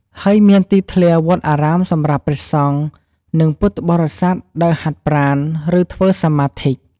ហើយ មានទីធ្លាវត្តអារាមសម្រាប់ព្រះសង្ឃ និងពុទ្ធបរិស័ទដើរហាត់ប្រាណ ឬធ្វើសមាធិ។